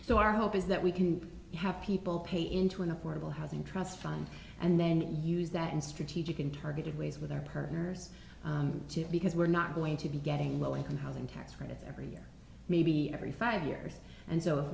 so our hope is that we can have people pay into an affordable housing trust fund and then use that in strategic interpretive ways with our partners because we're not going to be getting low income housing tax credits every year maybe every five years and so